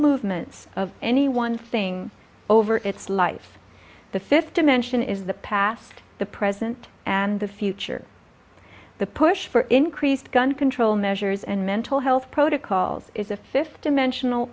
movements of any one thing over its life the fifth dimension is the past the present and the future the push for increased gun control measures and mental health protocols is a fifth dimensional